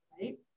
right